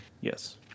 Yes